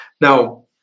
now